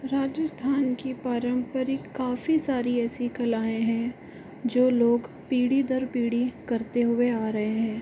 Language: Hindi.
राजस्थान की पारंपरिक काफी सारी ऐसी कलाएँ हैं जो लोग पीढ़ी दर पीढ़ी करते हुए आ रहे हैं